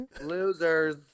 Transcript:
losers